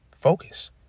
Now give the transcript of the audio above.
Focus